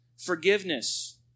forgiveness